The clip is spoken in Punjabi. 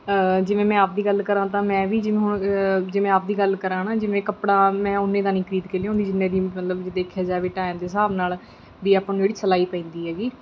ਜਿਵੇਂ ਮੈਂ ਆਪਣੀ ਗੱਲ ਕਰਾਂ ਤਾਂ ਮੈਂ ਵੀ ਜਿਵੇਂ ਹੁਣ ਜੇ ਮੈਂ ਆਪਣੀ ਗੱਲ ਕਰਾਂ ਹੈ ਨਾ ਜਿਵੇਂ ਕੱਪੜਾ ਮੈਂ ਉੰਨੇ ਦਾ ਨਹੀਂ ਖਰੀਦ ਕੇ ਲਿਆਉਂਦੀ ਜਿੰਨੇ ਦੀ ਮਤਲਬ ਦੇਖਿਆ ਜਾਵੇ ਟੈਮ ਦੇ ਹਿਸਾਬ ਨਾਲ ਭੀ ਆਪਾਂ ਨੂੰ ਜਿਹੜੀ ਸਿਲਾਈ ਪੈਂਦੀ ਹੈਗੀ